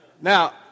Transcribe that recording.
now